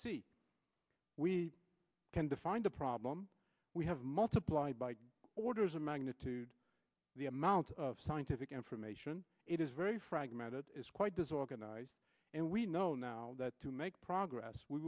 see we can define the problem we have multiplied by orders of magnitude the amount of scientific information it is very fragmented it is quite disorganized and we know now that to make progress we